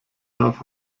darf